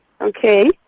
Okay